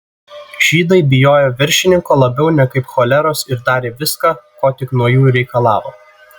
žydai bijojo viršininko labiau nekaip choleros ir darė viską ko tik nuo jų reikalavo